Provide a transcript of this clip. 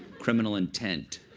criminal intent.